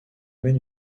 mène